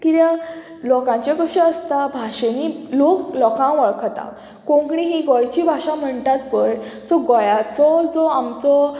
कित्याक लोकांचे कशें आसता भाशेनी लोक लोकांक वळखता कोंकणी ही गोंयची भाशा म्हणटात पय सो गोंयाचो जो आमचो